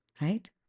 right